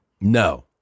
No